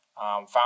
found